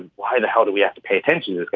and why the hell do we have to pay attention?